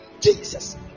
Jesus